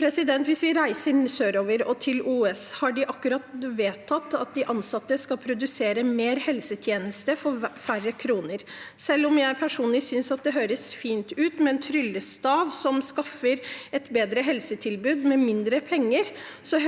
der. Hvis vi reiser sørover og til OUS, har de akkurat vedtatt at de ansatte skal produsere mer helsetjeneste for færre kroner. Selv om jeg personlig synes det høres fint ut med en tryllestav som skaffer et bedre helsetilbud for mindre penger,